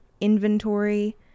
inventory